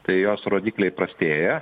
tai jos rodikliai prastėja